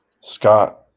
Scott